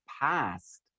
past